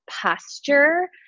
posture